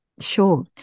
Sure